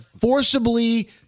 forcibly